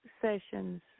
sessions